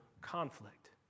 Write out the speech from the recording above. conflict